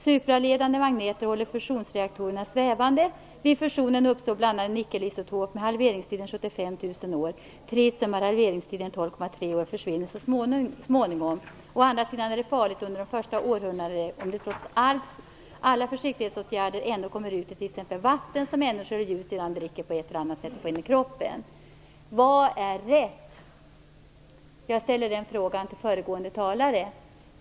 Supraledande magneter håller fusionsreaktorerna svävande. Vid fusionen uppstår bl.a. en nickelisotop med halveringstiden 75 000 år. Tritium som har halveringstiden 12,3 år försvinner så småningom. Å andra sidan är det farligt under de första århundradena om det trots alla försiktighetsåtgärder ändå kommer ut i t.ex. vatten som människor och djur sedan dricker och på ett eller annat sätt får in i kroppen. Vad är rätt? Jag ställer den frågan till föregående talare.